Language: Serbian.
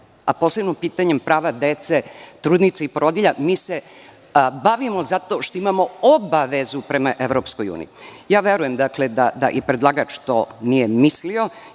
a posebno prava dece, trudnica i porodilja, mi se bavimo zato što imamo obavezu prema EU. Verujem da i predlagač to nije mislio,